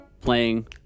playing